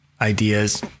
ideas